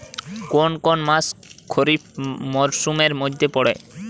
কোন কোন মাস খরিফ মরসুমের মধ্যে পড়ে?